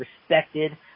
respected